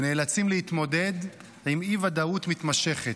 ונאלצים להתמודד עם אי-ודאות מתמשכת.